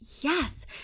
yes